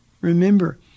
Remember